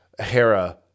Hera